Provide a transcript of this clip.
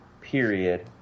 period